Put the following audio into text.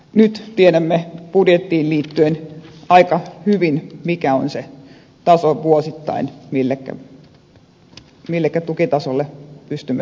nyt tiedämme budjettiin liittyen aika hyvin mikä vuosittain on se taso millä tukitasolla pystymme tämän pitämään